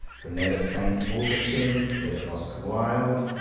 from that of saint augustine to that of oscar wilde.